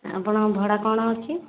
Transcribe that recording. ଆପଣଙ୍କ ଭଡ଼ା କଣ ଅଛି